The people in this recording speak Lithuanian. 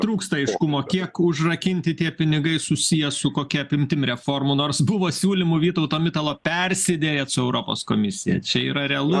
trūksta aiškumo kiek užrakinti tie pinigai susiję su kokia apimtim reformų nors buvo siūlymų vytauto mitalo persiderėt su europos komisija čia yra realu